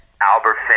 Albert